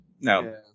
No